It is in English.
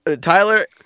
Tyler